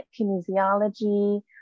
kinesiology